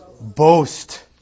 Boast